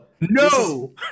no